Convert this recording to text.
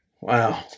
Wow